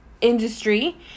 industry